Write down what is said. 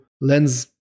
lens